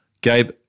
Gabe